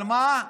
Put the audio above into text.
על מה?